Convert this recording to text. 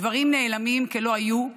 הדברים נעלמים כלא היו,